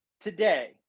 today